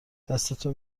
دستتو